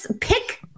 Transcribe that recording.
pick